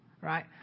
right